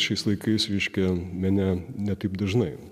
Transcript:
šiais laikais reiškia mene ne taip dažnai